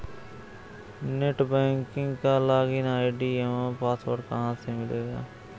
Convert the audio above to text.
Net banking का login ID एवं password कहाँ से मिलेगा?